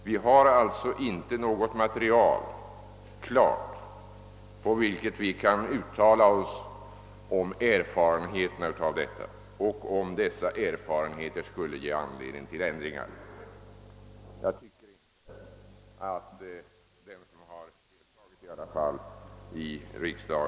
Vi har alltså inte något färdigt material, på vilket vi kan uttala oss om erfarenheterna och om huruvida dessa skulle ge anledning till ändringar av bestämmelserna.